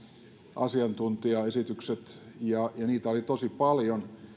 asiantuntijaesitykset ja niitä oli tosi paljon